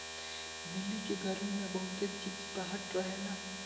दिल्ली के गरमी में बहुते चिपचिपाहट रहेला